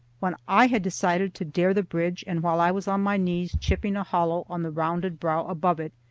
when i had decided to dare the bridge, and while i was on my knees chipping a hollow on the rounded brow above it,